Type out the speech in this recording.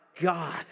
God